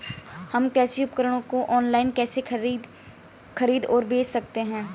हम कृषि उपकरणों को ऑनलाइन कैसे खरीद और बेच सकते हैं?